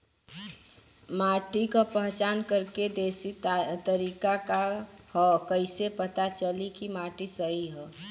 माटी क पहचान करके देशी तरीका का ह कईसे पता चली कि माटी सही ह?